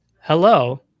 hello